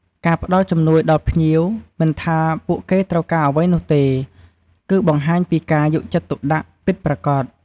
ការផ្តល់ជំនួយដល់ភ្ញៀវ មិនថាពួកគេត្រូវការអ្វីនោះទេ គឺបង្ហាញពីការយកចិត្តទុកដាក់ពិតប្រាកដ។